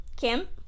kim